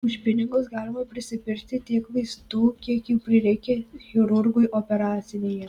už pinigus galima prisipirkti tiek vaistų kiek jų prireikia chirurgui operacinėje